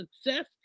success